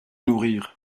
nourrir